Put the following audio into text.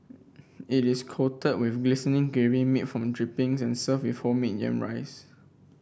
it is coated with glistening gravy made from drippings and served with homemade yam rice